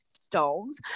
stones